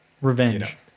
revenge